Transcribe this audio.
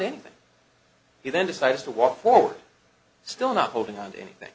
anything he then decided to walk forward still not holding on to anything